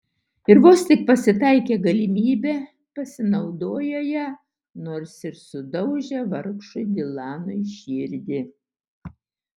ir vos tik pasitaikė galimybė pasinaudojo ja nors ir sudaužė vargšui dilanui širdį